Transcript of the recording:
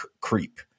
creep